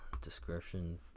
description